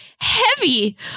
heavy